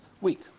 week